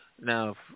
Now